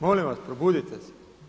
Molim vas, probudite se.